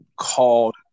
Called